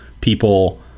people